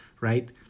right